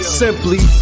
simply